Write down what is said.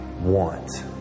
want